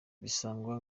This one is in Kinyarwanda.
bisangwa